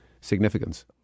significance